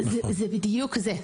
זה בדיוק זה,